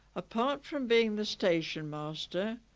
apart from being the stationmaster.